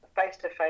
Face-to-face